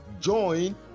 Join